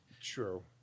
True